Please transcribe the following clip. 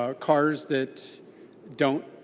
ah cars that don't